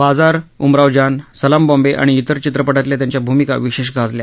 बाजार उमराव जान सलाम बॉम्बे आणि इतर चित्रपटातल्या त्यांच्या भूमिका विशेष गाजल्या